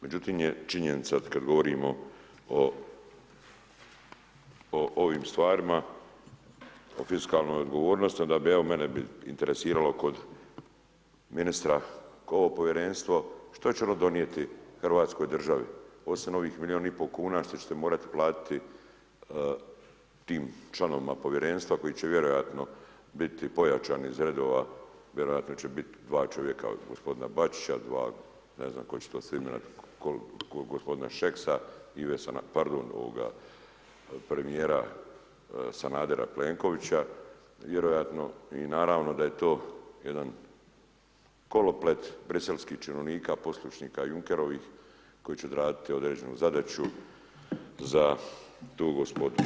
Međutim, je činjenica, kada govorimo o ovim stvarima, o fiskalnoj odgovornosti, onda bi mene interesiralo kod ministra ovo povjerenstvo, što će ono donijeti Hrvatskoj državi, osim ovih milijun i pol kuna, što ćete morati platiti tim članovima povjerenstva koji će vjerojatno biti pojačani iz redova, vjerojatno će biti 2 čovjeka od g. Bačića, 2 ne znam ko će to sve imenovat, kod g. Šeksa i Ive, pardon, premjera Sanadera Plenkovića, vjerojatno i naravno da je to jedan koloplet briselskih činovnika, poslušnika Junkerovh koji će odraditi određenu zadaću za tu gospodu.